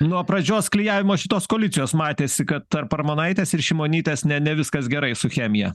nuo pradžios klijavimo šitos koalicijos matėsi kad tarp armonaitės ir šimonytės ne ne viskas gerai su chemija